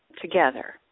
together